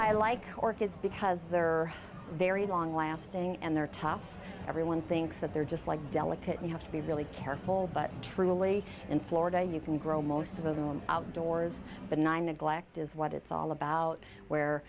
i like orchids because they are very long lasting and they're tough everyone thinks that they're just like delicate you have to be really careful but truly in florida you can grow most of them outdoors but nine neglect is what it's all about where